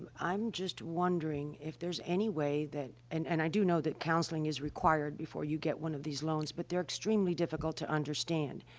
i'm just wondering if there's any way that and and i do know that counseling is required before you get one of these loans, but they're extremely difficult to understand.